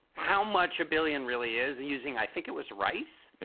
how much a billion really is using. i think it was rice. yeah.